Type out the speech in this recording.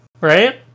right